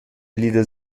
lieder